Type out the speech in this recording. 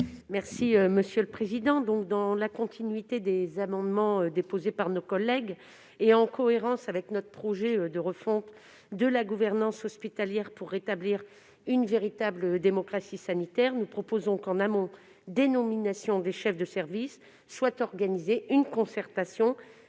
Mme Cathy Apourceau-Poly. Dans la continuité des amendements déposés par nos collègues et en cohérence avec notre projet de refonte de la gouvernance hospitalière, visant à rétablir une véritable démocratie sanitaire, nous proposons que, en amont des nominations des chefs de service, une concertation